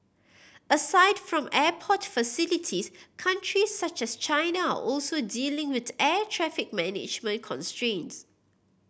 aside from airport facilities countries such as China are also dealing with air traffic management constraints